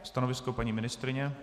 Stanovisko paní ministryně?